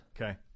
Okay